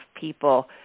people